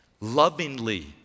Lovingly